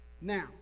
Now